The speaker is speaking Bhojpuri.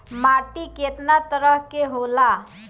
माटी केतना तरह के होला?